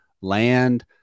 land